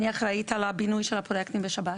אני אחראית על הבינוי של הפרויקטים בשב"ס.